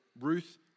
Ruth